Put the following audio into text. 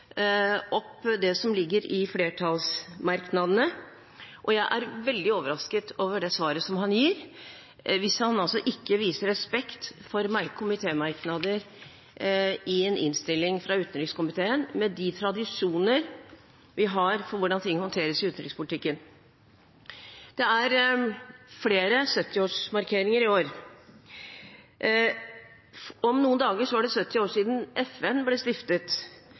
opp det som ligger i flertallsmerknadene, og jeg er veldig overrasket over det svaret som han gir, hvis han ikke viser respekt for komitémerknader i en innstilling fra utenrikskomiteen, med de tradisjoner vi har for hvordan ting håndteres i utenrikspolitikken. Det er flere 70-årsmarkeringer i år. Om noen dager er det 70 år siden FN ble stiftet,